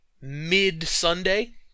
mid-Sunday